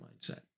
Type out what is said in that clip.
mindset